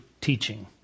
teaching